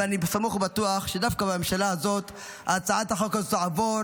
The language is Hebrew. אבל אני סמוך ובטוח שדווקא בממשלה הזאת הצעת החוק הזאת תעבור.